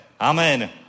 Amen